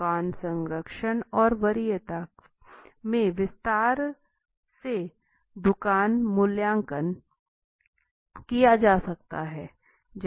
दुकान संरक्षण और वरीयता में विस्तार से दुकान मूल्यांकन किया जा सकता है